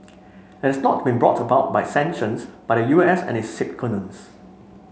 has not been brought about by sanctions by the U S and its sycophants